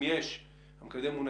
האם המקדם הוא,